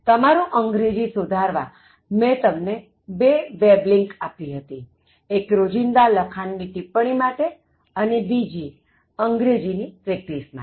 તમારું અંગ્રેજી સુધારવામેં તમને બે વેબ લિંક આપી હતીએક રોજિંદા લખાણ માટે ની ટિપ્પ્ણી માટે અને બીજી અંગ્રેજી ની પ્રેકટિસ માટે